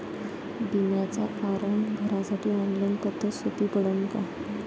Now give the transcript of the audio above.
बिम्याचा फारम भरासाठी ऑनलाईन पद्धत सोपी पडन का?